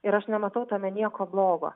ir aš nematau tame nieko blogo